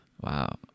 Wow